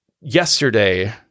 yesterday